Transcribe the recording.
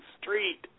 street